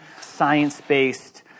science-based